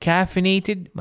Caffeinated